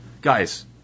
Guys